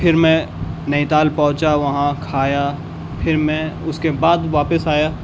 پھر میں نینی تال پہنچا وہاں کھایا پھر میں اس کے بعد واپس آیا